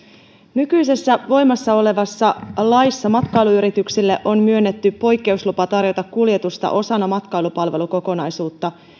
nykyisessä voimassa olevassa laissa matkailuyrityksille on myönnetty poikkeuslupa tarjota kuljetusta osana matkailupalvelukokonaisuutta